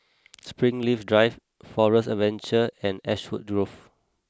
Springleaf Drive Forest Adventure and Ashwood Grove